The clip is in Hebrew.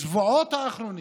בשבועות האחרונים,